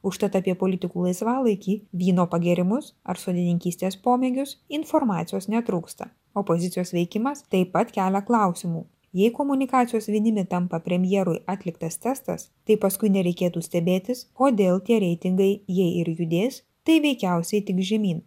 užtat apie politikų laisvalaikį vyno pagėrimus ar sodininkystės pomėgius informacijos netrūksta opozicijos veikimas taip pat kelia klausimų jei komunikacijos vinimi tampa premjerui atliktas testas tai paskui nereikėtų stebėtis kodėl tie reitingai jei ir judės tai veikiausiai tik žemyn